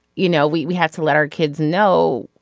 you know we we had to let our kids know